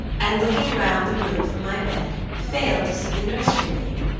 and looking round the room from my bed, failed to see the nursery maid.